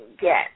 get